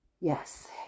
Yes